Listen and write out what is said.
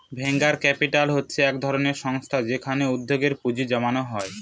venture capital হচ্ছে এক ধরনের সংস্থা যেখানে উদ্যোগে পুঁজি জমানো হয়